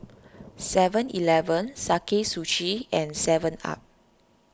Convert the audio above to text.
Seven Eleven Sakae Sushi and Seven Up